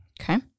Okay